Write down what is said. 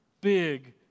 big